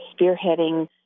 spearheading